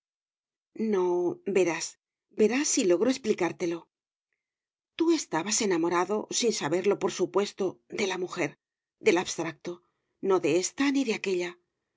no verás verás si logro explicártelo tú estabas enamorado sin saberlo por supuesto de la mujer del abstracto no de ésta ni de aquélla